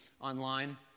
online